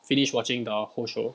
finish watching the whole show